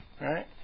Right